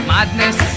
Madness